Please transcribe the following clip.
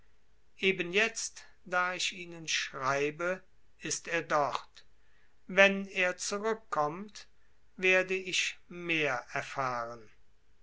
eben jetzt da ich ihnen schreibe ist er dort wenn er zurückkommt werde ich mehr erfahren